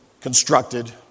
constructed